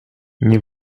nie